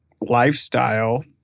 lifestyle